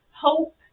hope